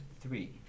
three